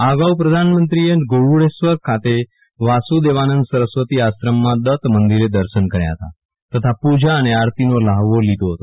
આ અગાઉ પ્રધાનમંત્રીએ ગરૂડેશ્વર ખાતે વાસુદેવાનંદ સરસ્વતી આશ્રમમાં દત્તમંદિરે દર્શન કર્યા હતા તથા પુજા અને આરતીનો લ્હાવો લીધો હતો